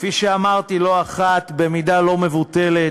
כפי שאמרתי לא אחת, במידה לא מבוטלת